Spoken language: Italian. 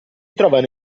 trovano